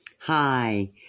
Hi